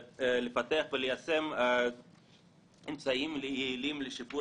לפתח וליישם אמצעים יעילים לשיפור